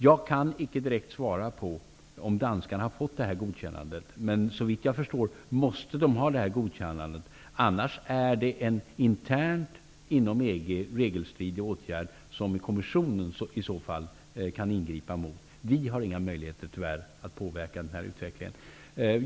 Jag kan icke direkt svara på om danskarna har fått det godkännandet, men såvitt jag förstår måste de ha det, annars är det en internt inom EG regelstridig åtgärd, som Kommissionen i så fall kan ingripa mot. Vi har tyvärr inga möjligheter att påverka den här utvecklingen.